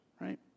Right